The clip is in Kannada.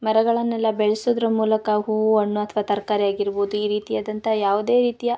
ಮರಗಳನ್ನೆಲ್ಲ ಬೆಳ್ಸೋದ್ರ ಮೂಲಕ ಹೂವು ಹಣ್ಣು ಅಥ್ವ ತರಕಾರಿ ಆಗಿರ್ಬೋದು ಈ ರೀತಿಯಾದಂಥ ಯಾವುದೇ ರೀತಿಯ